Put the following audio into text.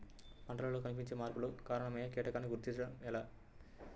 పంటలలో కనిపించే మార్పులకు కారణమయ్యే కీటకాన్ని గుర్తుంచటం ఎలా?